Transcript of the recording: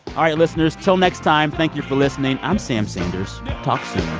all right, listeners. till next time. thank you for listening. i'm sam sanders. talk